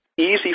Easy